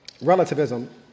relativism